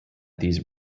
these